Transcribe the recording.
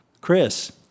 Chris